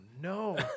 no